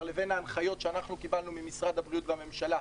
לבין ההנחיות שאנחנו קיבלנו ממשרד הבריאות והממשלה,